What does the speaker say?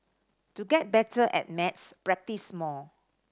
to get better at maths practise more